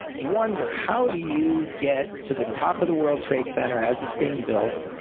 wonder how do you get to the top of the world trade center as it's being built